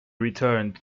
returned